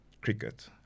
cricket